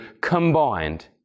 combined